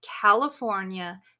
California